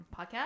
podcast